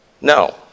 No